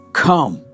come